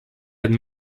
had